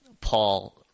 Paul